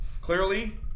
clearly